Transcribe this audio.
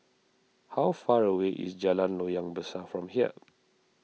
how far away is Jalan Loyang Besar from here